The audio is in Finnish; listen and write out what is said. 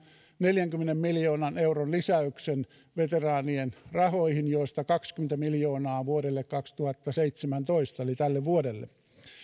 neljänkymmenen miljoonan euron lisäyksen veteraanien rahoihin joista kaksikymmentä miljoonaa on vuodelle kaksituhattaseitsemäntoista eli tälle vuodelle